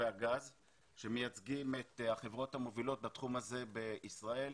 והגז שמייצגים את החברות המובילות בתחום הזה בישראל.